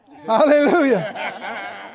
Hallelujah